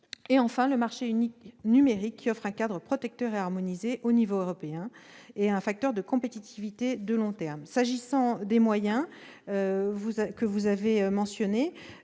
Enfin, le marché unique numérique, qui offre un cadre protecteur et harmonisé au niveau européen, constitue un facteur de compétitivité de long terme. S'agissant des moyens que vous avez mentionnés,